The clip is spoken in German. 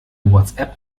whatsapp